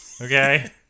okay